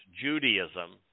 Judaism